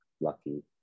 lucky